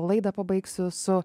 laidą pabaigsiu su